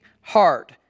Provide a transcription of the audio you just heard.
heart